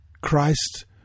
Christ